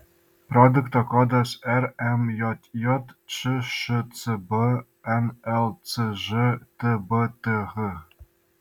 produkto kodas rmjj čšcb nlcž tbth